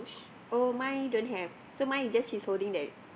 oh mine don't have so mine is just he's holding that